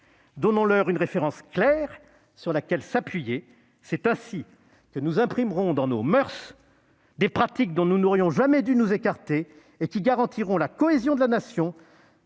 Donnons-leur une référence claire sur laquelle s'appuyer ! C'est ainsi que nous imprimerons dans nos moeurs des pratiques dont nous n'aurions jamais dû nous écarter et qui garantiront la cohésion de la Nation.